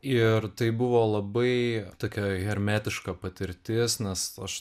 ir tai buvo labai tokia hermetiška patirtis nes aš